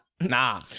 Nah